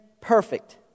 perfect